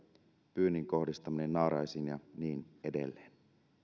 pyynnin kohdistaminen naaraisiin ja niin edelleen